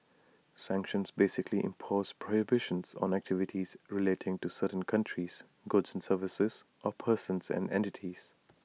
sanctions basically impose prohibitions on activities relating to certain countries goods and services or persons and entities